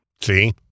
See